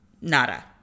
nada